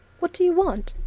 what do you want?